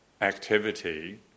activity